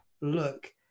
look